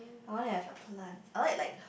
I wanna have a plant I like like